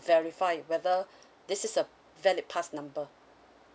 verify whether this is a valid pass number